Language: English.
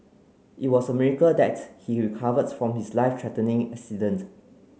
it was a miracle that he recovered from his life threatening accident